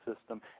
system